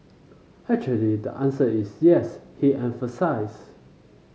actually the answer is yes he emphasised